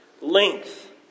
length